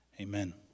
Amen